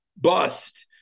bust